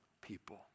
people